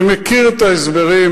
אני מכיר את ההסברים,